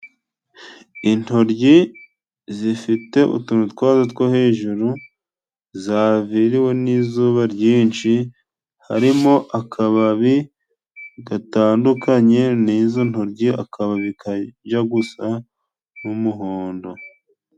Intoryi zifite utuntu twazo two hejuru zaviriwe n'izuba ryinshi ,harimo akababi gatandukanye n'izo ntoryi akaba bi kajya gusa n'umuhondo.